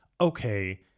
okay